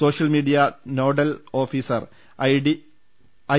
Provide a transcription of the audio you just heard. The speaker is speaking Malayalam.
social media cell nodal officer I